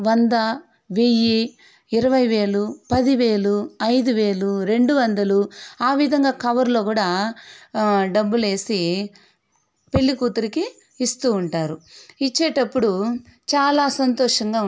వంద వెయ్యి ఇరవై వేలు పదివేలు ఐదువేలు రెండు వందలు ఆ విధంగా కవర్లో కూడా డబ్బులేసి పెళ్ళికూతురికి ఇస్తూ ఉంటారు ఇచ్చేటప్పుడు చాలా సంతోషంగా